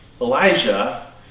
Elijah